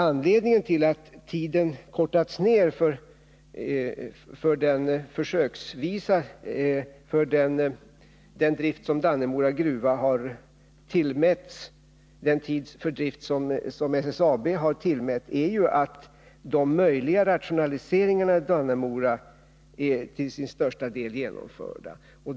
Anledningen till att den tid som SSAB tillmätt Dannemora gruva för detta driftförsök har kortats ned är att de möjliga rationaliseringarna i Dannemora till största delen är genomförda.